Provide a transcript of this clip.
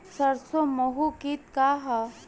सरसो माहु किट का ह?